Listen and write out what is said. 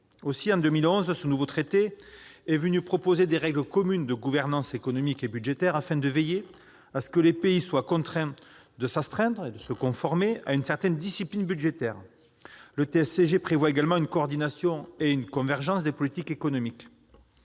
Aussi, en 2011, ce nouveau traité est venu proposer des règles communes de gouvernance économique et budgétaire, afin de veiller à ce que les pays soient contraints de s'astreindre à une certaine discipline budgétaire. Le TSCG prévoit également une coordination et une convergence des politiques économiques.